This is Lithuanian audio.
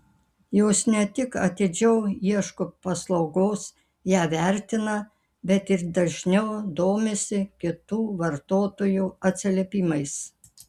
jos ne tik atidžiau ieško paslaugos ją vertina bet ir dažniau domisi kitų vartotojų atsiliepimais